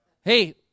Hey